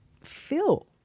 feel